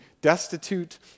destitute